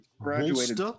graduated